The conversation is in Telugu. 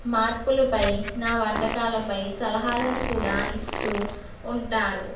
మార్పుల పై నా వంటకాలపై సలహాలను కూడా ఇస్తూ ఉంటారు